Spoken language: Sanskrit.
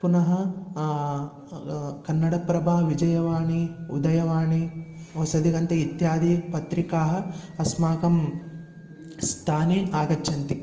पुनः कन्नडप्रभा विजयवाणी उदयवाणी होसदिगन्त इत्यादिपत्रिकाः अस्माकं स्थाने आगच्छन्ति